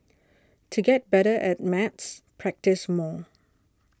to get better at maths practise more